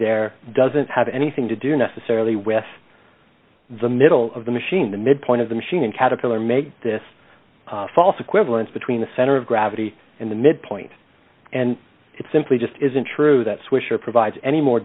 there doesn't have anything to do necessarily with the middle of the machine the midpoint of the machine and caterpillar make this false equivalence between the center of gravity and the midpoint and it simply just isn't true that swisher provides any more